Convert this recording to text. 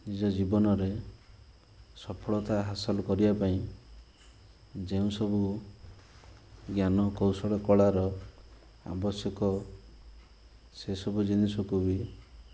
ନିଜ ଜୀବନରେ ସଫଳତା ହାସଲ କରିବାପାଇଁ ଯେଉଁସବୁ ଜ୍ଞାନକୌଶଳ କଳାର ଆବଶ୍ୟକ ସେସବୁ ଜିନିଷକୁ ବି